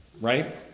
right